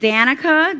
Danica